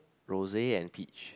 rose and peach